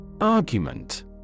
Argument